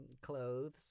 clothes